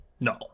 No